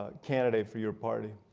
ah candidate for your party?